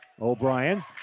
O'Brien